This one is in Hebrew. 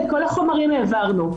ואת כל החומרים העברנו.